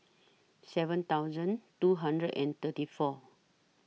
seven thousand two hundred and thirty four